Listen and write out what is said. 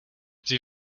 sie